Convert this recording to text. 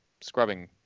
scrubbing